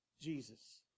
Jesus